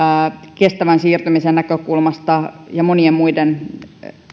kestävän siirtymisen näkökulmasta ja monien muiden